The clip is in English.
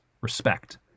respect